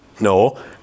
No